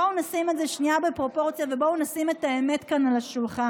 בואו נשים את זה שנייה בפרופורציה ובואו נשים את האמת כאן על השולחן.